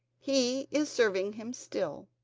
he is serving him still.